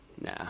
Nah